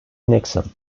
nixon